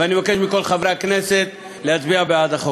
ואני מבקש מכל חברי הכנסת להצביע בעד החוק.